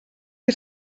que